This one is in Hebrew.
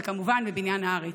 וכמובן בבניין הארץ.